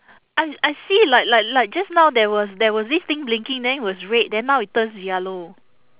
I I see like like like just now there was there was this thing blinking then was red then now it turns yellow